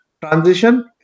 transition